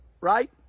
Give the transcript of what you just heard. right